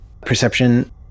Perception